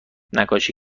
نقاشی